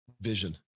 vision